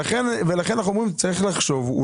ולכן אנחנו אומרים שצריך לחשוב,